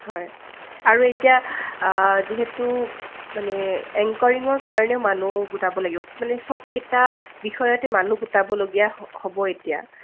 হয় আৰু এতিয়া যিহেতু মানে এংকাৰিঙৰ কাৰণেও মানুহ গোটাব লাগিব মানে চবকেইটা বিষয়তে মানুহ গোটাবলগীয়া হ'ব এতিয়া